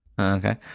Okay